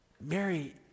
Mary